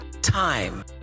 time